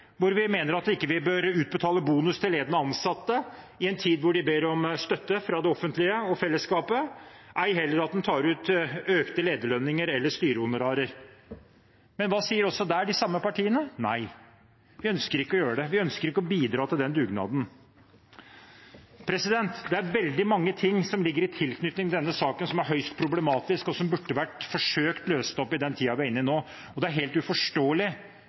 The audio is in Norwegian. vi mener at man ikke bør utbetale bonus til ledende ansatte i en tid hvor de ber om støtte fra det offentlige og fellesskapet, ei heller at en tar ut økte lederlønninger eller styrehonorarer. Men hva sier også der de samme partiene? Nei, de ønsker ikke å gjøre det, de ønsker ikke å bidra til den dugnaden. Det er veldig mange ting som ligger i tilknytning til denne saken som er høyst problematiske, og som burde vært forsøkt løst i den tiden vi er inne i nå. Det er helt uforståelig,